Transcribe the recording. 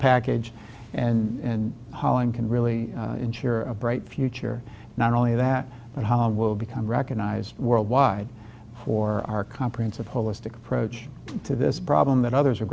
package and hoeing can really ensure a bright future not only that but how will become recognized worldwide for our comprehensive holistic approach to this problem that others are